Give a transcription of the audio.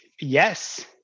Yes